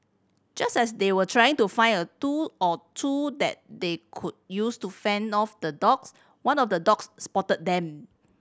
just as they were trying to find a tool or two that they could use to fend off the dogs one of the dogs spotted them